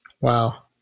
Wow